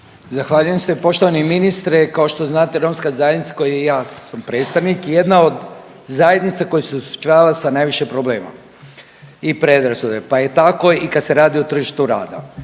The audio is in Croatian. Zahvaljujem se. Poštovani ministre, kao što znate romska zajednica kojoj ja sam predstavnik, jedna od zajednica koja se suočava sa najviše problema i predrasuda, pa je tako i kad se radi o tržištu rada.